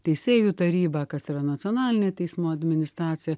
teisėjų taryba kas yra nacionalinė teismų administracija